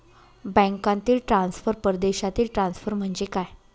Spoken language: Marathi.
बँकांतील ट्रान्सफर, परदेशातील ट्रान्सफर म्हणजे काय?